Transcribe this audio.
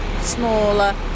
smaller